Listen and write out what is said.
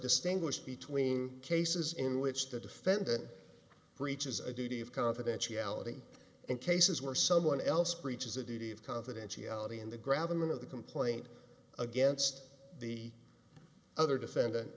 distinguish between cases in which the defendant breaches a duty of confidentiality in cases where someone else breaches a duty of confidentiality in the grab them of the complaint against the other defendant